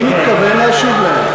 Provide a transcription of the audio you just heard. אני מתכוון להשיב להם.